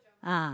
ah